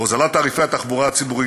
הוזלת תעריפי התחבורה הציבורית,